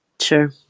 sure